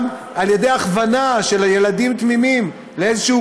גם על ידי הכוונה של ילדים תמימים לאיזשהו